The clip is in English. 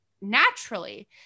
naturally